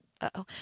Uh-oh